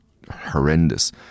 horrendous